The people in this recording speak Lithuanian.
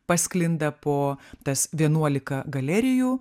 pasklinda po tas vienuolika galerijų